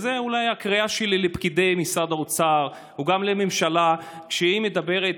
זו אולי הקריאה שלי לפקידי משרד האוצר או גם לממשלה כשהיא מדברת